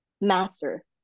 master